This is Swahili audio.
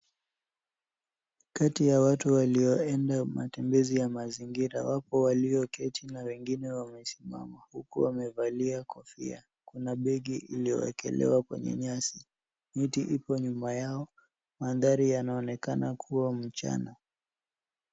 Kati ya watu walioenda matembezi ya mazingira wapo walioketi na wengine wamesimama huku wamevalia kofia. Kuna begi iliyowekelewa kwenye nyasi. Miti ipo nyuma yao. Mandhari yanaonekana kuwa mchana.